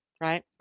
right